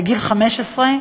בגיל 15,